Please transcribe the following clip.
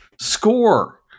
Score